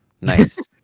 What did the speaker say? Nice